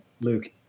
Luke